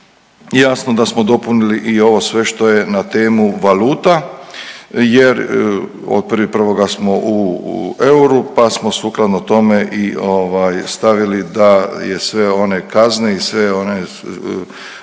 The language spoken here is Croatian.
jasno da smo dopunili i ovo sve što je na temu valuta jer od 1.1. smo u euru, pa smo sukladno tome i stavili da je sve one kazne i sve one